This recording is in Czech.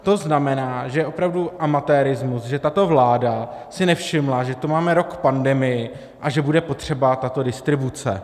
To znamená, že je opravdu amatérismus, že tato vláda si nevšimla, že tu máme rok pandemii a že bude potřeba tato distribuce.